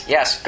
Yes